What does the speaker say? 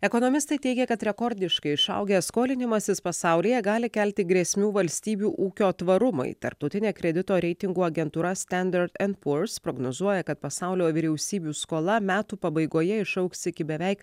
ekonomistai teigia kad rekordiškai išaugęs skolinimasis pasaulyje gali kelti grėsmių valstybių ūkio tvarumui tarptautinė kredito reitingų agentūra standard and poors prognozuoja kad pasaulio vyriausybių skola metų pabaigoje išaugs iki beveik